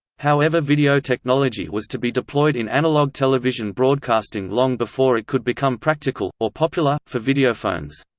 however video technology was to be deployed in analog television broadcasting long before it could become practical or popular for videophones.